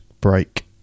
break